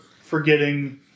forgetting